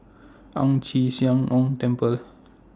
Ang Chee Sia Ong Temple